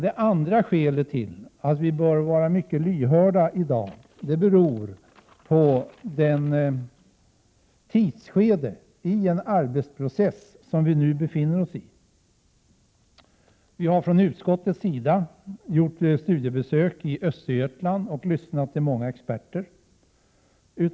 Ett annat skäl till att vi bör vara mycket lyhörda i dag är tidsskedet i den arbetsprocess som vi nu befinner oss iv Utskottet har gjort studiebesök i Östergötland och lyssnat till många experter.